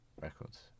records